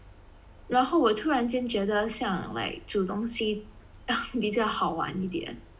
然后我突然间觉得像 like 煮东西比较好玩一点